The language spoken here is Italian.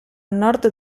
nord